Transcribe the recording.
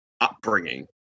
upbringing